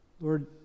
Lord